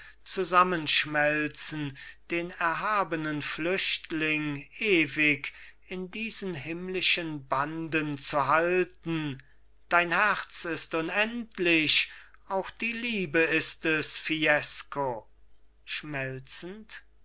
zusammenschmelzen den erhabenen flüchtling ewig in diesen himmlischen banden zu halten dein herz ist unendlich auch die liebe ist es fiesco schmelzend